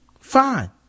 fine